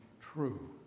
true